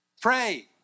Pray